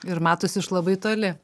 ir matos iš labai toli